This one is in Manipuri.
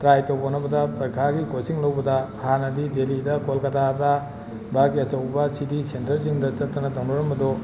ꯇ꯭ꯔꯥꯏ ꯇꯧꯕ ꯍꯣꯠꯅꯕꯗ ꯄꯥꯔꯤꯈꯥꯒꯤ ꯀꯣꯆꯤꯡ ꯂꯧꯕꯗ ꯍꯥꯟꯅꯗꯤ ꯗꯦꯜꯂꯤꯗ ꯀꯣꯜꯀꯥꯇꯥꯗ ꯚꯥꯔꯠꯀꯤ ꯑꯗꯧꯕ ꯁꯤꯇꯤ ꯁꯦꯟꯇꯔꯁꯤꯡꯗ ꯆꯠꯇꯅ ꯇꯧꯅꯔꯝꯕꯗꯨ